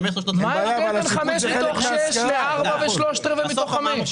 מה ההבדל בין חמש מתוך שש לארבע ושלושת רבעי מתוך חמש?